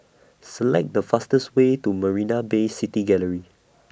Select The fastest Way to Marina Bay City Gallery